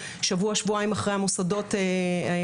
שבוע או שבועיים אחרי המוסדות האחרים,